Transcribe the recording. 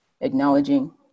acknowledging